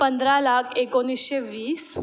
पंधरा लाख एकोणीसशे वीस